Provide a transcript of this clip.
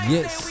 Yes